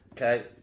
Okay